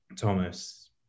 Thomas